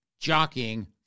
jockeying